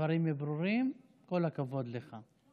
דברים ברורים, כל הכבוד לך.